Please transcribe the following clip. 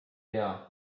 tea